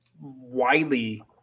widely